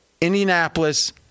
Indianapolis